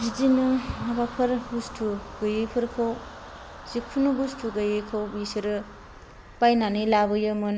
बिदिनो माबाफोर बुस्तु गैयिफोरखौ जिकुनु बुस्तु गैयिखौ बिसोरो बायनानै लाबोयोमोन